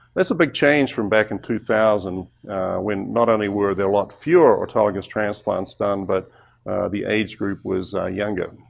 that's a big change from back in two thousand when not only were there a lot fewer autologous transplants done, but the age group was younger.